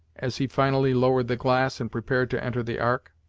as he finally lowered the glass, and prepared to enter the ark.